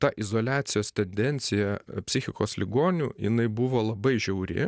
ta izoliacijos tendencija psichikos ligonių jinai buvo labai žiauri